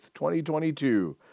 2022